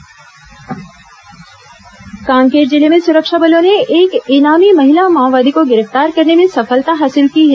माओवादी गिरफ्तार आगजनी कांकेर जिले में सुरक्षा बलों ने एक इनामी महिला माओवादी को गिरफ्तार करने में सफलता हासिल की है